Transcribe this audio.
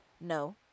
No